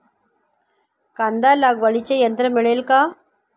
कांदा लागवडीचे यंत्र आहे का?